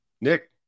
Nick